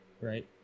right